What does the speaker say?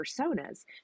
personas